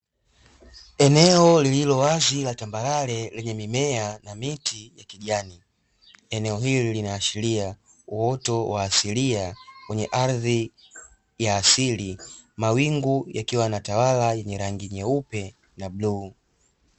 Eneo lililowazi la tambalare lenye mimea ya miti ya kijani, eneo Hili linaashiria uoto wa asilia wenye ardhi ya asili, mawingu yakiwa yanatawala yenye rangi nyeupe na bluu.